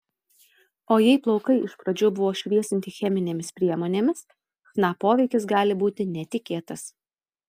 o jei plaukai iš pradžių buvo šviesinti cheminėmis priemonėmis chna poveikis gali būti netikėtas